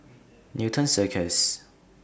Newton Circus